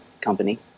company